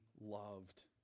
loved